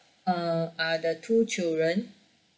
uh are the two children